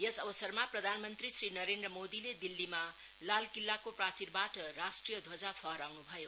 यस अवसरमा प्रधानमन्त्री श्री नरेन्द्र मोदीले दिल्लीमा लाल किल्लाको प्राचीरबाट राष्ट्रिय ध्वजा फहराउन् भयो